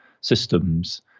systems